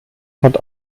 hat